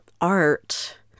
art